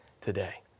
today